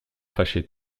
fâché